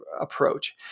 approach